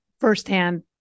firsthand